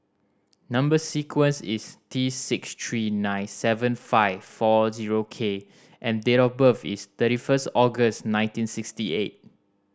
number sequence is T six three nine seven five four zero K and date of birth is thirty first August nineteen sixty eight